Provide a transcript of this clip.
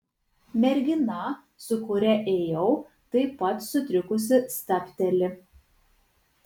mergina su kuria ėjau taip pat sutrikusi stabteli